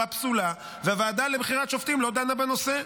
פסולה והוועדה לבחירת שופטים לא דנה בנושא.